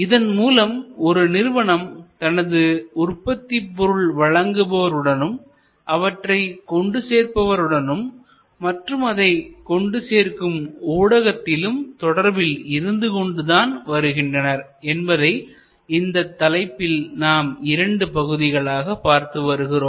இதன் மூலம் ஒரு நிறுவனம் தனது உற்பத்திப்பொருள் வழங்குபவர் உடனும் அவற்றைக்கொண்டு சேர்ப்பவர்கள் உடனும் மற்றும் அதைக் கொண்டு சேர்க்கும் ஊடகத்திலும் தொடர்பில் இருந்து கொண்டுதான் வருகின்றனர் என்பதை இந்த தலைப்பில் நாம் இரண்டு பகுதிகளாக பார்த்து வருகிறோம்